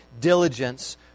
diligence